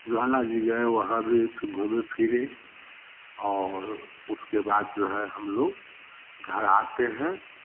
ज्वाला जी गए वहाँ भी फ़िर घूमे फिरे और उसके बाद जो है हम लोग घर आते हैं